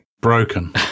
Broken